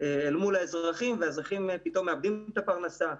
אל מול האזרחים ופתאום הם מאבדים את הפרנסה,